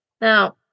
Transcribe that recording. Now